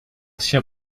все